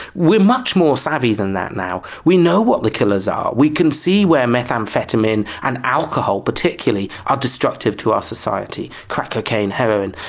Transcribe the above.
we are much more savvy than that now. we know what the killers are, we can see where methamphetamine and alcohol particularly are destructive to our society, crack cocaine, heroin.